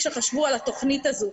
עת חשבו על התוכנית הזאת.